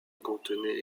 contenait